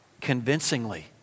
convincingly